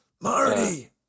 marty